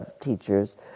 teachers